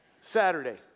Saturday